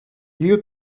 you